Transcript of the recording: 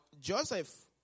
Joseph